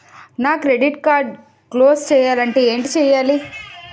నా credit card close చేయాలంటే ఏంటి చేయాలి?